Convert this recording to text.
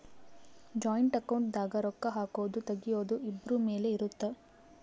joint account ದಾಗ ರೊಕ್ಕ ಹಾಕೊದು ತೆಗಿಯೊದು ಇಬ್ರು ಮೇಲೆ ಇರುತ್ತ